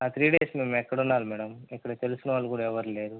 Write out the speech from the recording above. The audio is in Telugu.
ఆ త్రీ డేస్ మేము ఎక్కడుండాలి మేడం ఇక్కడ తెల్సిన వాళ్లు కూడా ఎవరూ లేరు